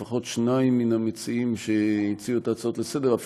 לפחות שניים מן המציעים את ההצעות לסדר-היום